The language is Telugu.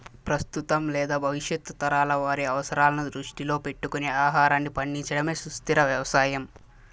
ప్రస్తుతం లేదా భవిష్యత్తు తరాల వారి అవసరాలను దృష్టిలో పెట్టుకొని ఆహారాన్ని పండించడమే సుస్థిర వ్యవసాయం